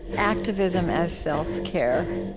activism as self-care,